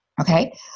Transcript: okay